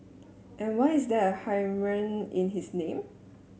and why is there a in his name